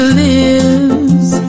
lives